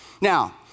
Now